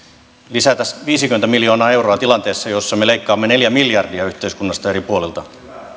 lisätä viisikymmentä miljoonaa euroa tilanteessa jossa me leikkaamme neljä miljardia yhteiskunnasta eri puolilta